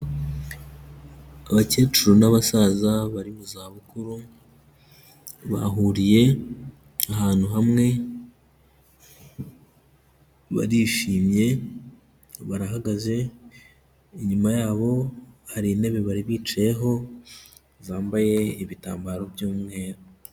Abakecuru n'abasaza bari mu za bukuru, bahuriye ahantu hamwe, barishimye, barahagaze. Inyuma yabo hari intebe bari bicayeho, zambaye ibitambaro by'umweru.